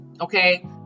Okay